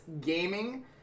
Gaming